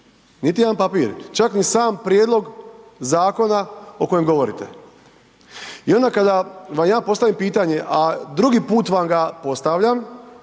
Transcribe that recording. niti jedan papir, čak ni sam prijedlog zakona o kojem govorite. I onda kada vam ja postavim pitanje, a drugi put ga vam postavljam,